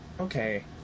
okay